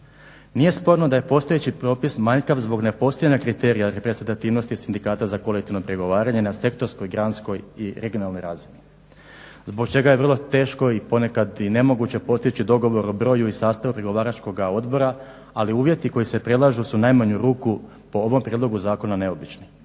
Nije sporno da je postojeći propis manjkav zbog nepostojanja kriterija reprezentativnosti sindikata za kolektivno pregovaranje na … /Govornik se ne razumije/… i regionalnoj razini zbog čega je vrlo teško i ponekad i nemoguće postići dogovor o broju i sastavu pregovaračkoga odbora, ali uvjeti koji se predlažu su u najmanju ruku po ovom prijedlogu zakona neobični.